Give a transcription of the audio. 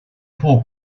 pore